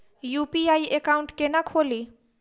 UPI account केना खोलि?